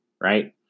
right